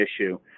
issue